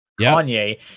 Kanye